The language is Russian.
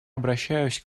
обращаюсь